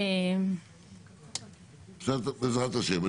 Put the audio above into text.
בעזרת השם.